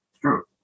True